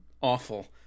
awful